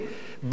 בא אליו,